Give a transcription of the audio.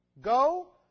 go